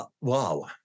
Wow